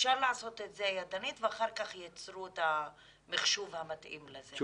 אפשר לעשות את זה ידנית ואחר כך ייצרו את המחשוב המתאים לזה.